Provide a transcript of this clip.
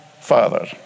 father